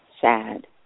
sad